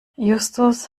justus